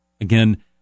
again